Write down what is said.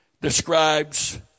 describes